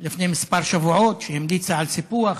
לפני כמה שבועות, שהמליצה על סיפוח,